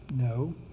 No